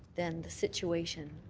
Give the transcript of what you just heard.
then the situation